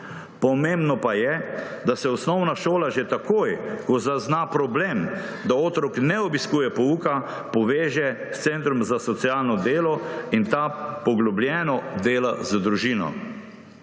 Pomembno pa je, da se osnovna šola že takoj, ko zazna problem, da otrok ne obiskuje pouka, poveže s centrom za socialno delo in ta poglobljeno dela z družino.